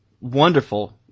wonderful